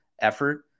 effort